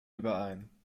überein